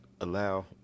allow